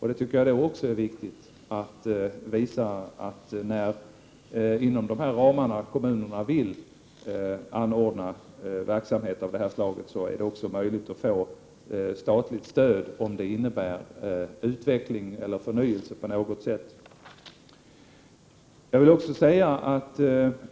Det är också viktigt att visa, att om kommuner inom dessa ramar vill anordna verksamhet av det slaget, är det möjligt att få statligt stöd, om verksamheten på något sätt innebär utveckling eller förnyelse.